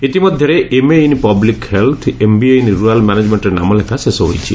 ଇତିମଧ୍ଘରେ MA in public health MBA in rural ମ୍ୟାନେଜ୍ମେଣ୍ଟରେ ନାମଲେଖା ଶେଷ ହୋଇଛି